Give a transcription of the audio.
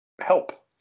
Help